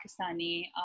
Pakistani